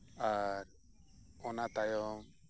ᱟᱨ ᱚᱱᱟ ᱛᱟᱭᱚᱢ